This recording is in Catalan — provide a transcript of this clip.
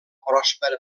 pròspera